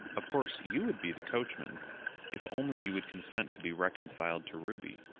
of course you would be the coachman if only you would consent to be reconciled to ruby.